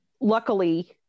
luckily